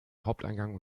haupteingang